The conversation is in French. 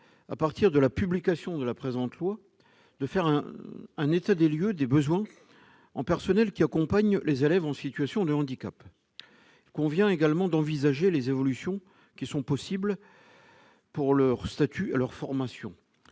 à compter de la publication de la présente loi, à faire un état des lieux des besoins en personnels accompagnant les élèves en situation de handicap. Il faudra également envisager les évolutions possibles de leur statut et de leur formation.